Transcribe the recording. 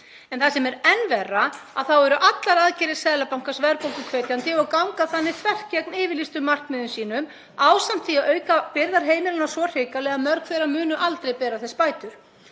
En það sem er enn verra er að allar aðgerðir Seðlabankans eru verðbólguhvetjandi og ganga þannig þvert gegn yfirlýstum markmiðum sínum ásamt því að auka byrðar heimilanna svo hrikalega að mörg þeirra munu aldrei bera þess bætur.